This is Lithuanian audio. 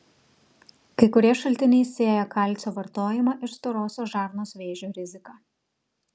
kai kurie šaltiniai sieja kalcio vartojimą ir storosios žarnos vėžio riziką